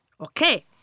Okay